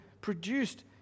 produced